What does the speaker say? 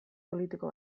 politiko